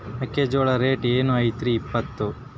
ಮೆಕ್ಕಿಜೋಳ ರೇಟ್ ಏನ್ ಐತ್ರೇ ಇಪ್ಪತ್ತು?